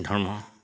ধৰ্ম